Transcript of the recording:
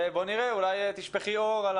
אולי תשפכי אור על